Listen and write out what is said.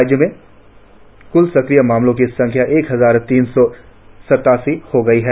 राज्य में क्ल सक्रिय मामलों की संख्या एक हजार तीन सौ सत्तासी हो गई है